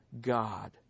God